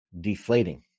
deflating